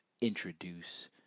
introduce